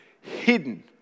hidden